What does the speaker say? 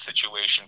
situation